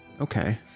okay